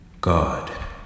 God